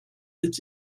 its